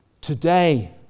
Today